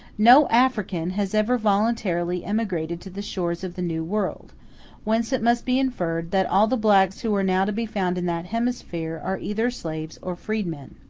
no african has ever voluntarily emigrated to the shores of the new world whence it must be inferred, that all the blacks who are now to be found in that hemisphere are either slaves or freedmen.